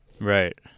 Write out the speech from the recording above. right